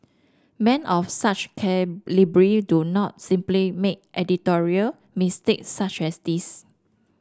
men of such calibre do not simply make editorial mistakes such as this